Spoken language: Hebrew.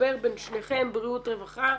לחבר בין שניכם, בריאות-רווחה,